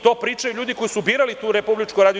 To pričaju ljudi koji su birali tu RRA.